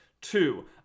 Two